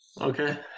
okay